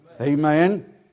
Amen